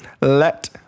Let